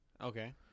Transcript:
Okay